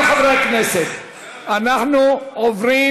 אם כן, חברי הכנסת, אנחנו עוברים